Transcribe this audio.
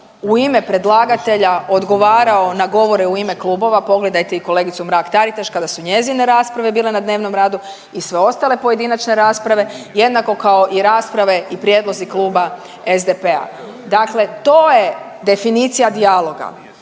u ime predlagatelja odgovarao na govore u ime klubova. Pogledajte i kolegicu Mrak Taritaš, kada su njezine rasprave bile na dnevnom radu i sve ostale pojedinačne rasprave, jednako kao i rasprave i prijedlozi kluba SDP-a. Dakle, to je definicija dijaloga,